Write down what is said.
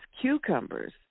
cucumbers